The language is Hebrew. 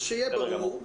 שיהיה ברור,